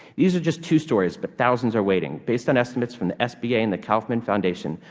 these are just two stories but thousands are waiting based on estimates from the sba and the kauffman foundation.